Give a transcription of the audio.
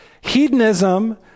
Hedonism